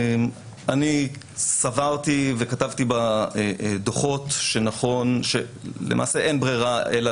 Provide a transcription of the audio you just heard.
אני סברתי וכתבתי בדוחות שלמעשה אין ברירה אלא